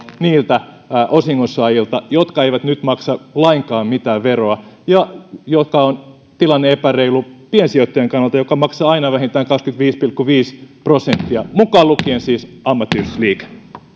niiltä osingonsaajilta jotka eivät nyt maksa lainkaan mitään veroa mikä on epäreilu tilanne piensijoittajien kannalta jotka maksavat aina vähintään kaksikymmentäviisi pilkku viisi prosenttia mukaan lukien siis ammattiyhdistysliike